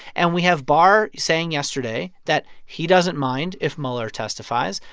and we have barr saying yesterday that he doesn't mind if mueller testifies.